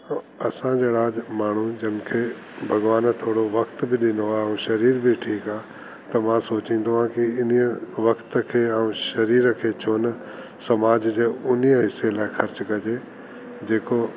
ओ असां जहिड़ा जेको माण्हू जिनखे भॻवान थोरो वक़्तु बि ॾिनो आहे ऐं शरीर बि ठीकु आहे त मां सोचिंदो आहियां की इन्हीअ वक़्तु खे ऐं शरीर खे छो न समाज जे उन ई हिस्से लाइ खर्च कजे जेको